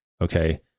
Okay